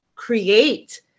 create